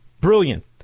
brilliant